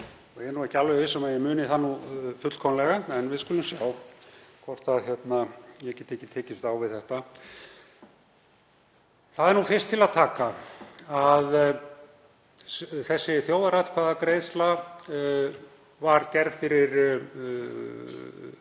Ég er ekki alveg viss um að ég muni það fullkomlega en við skulum sjá hvort ég get ekki tekið tekist á við þetta. Það er fyrst til að taka að þessi þjóðaratkvæðagreiðsla var gerð fyrir tíu